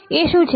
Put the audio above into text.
A શું છે